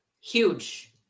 huge